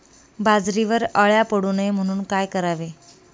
बाजरीवर अळ्या पडू नये म्हणून काय करावे?